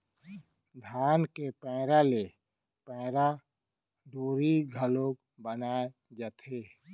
धान के पैरा ले पैरा डोरी घलौ बनाए जाथे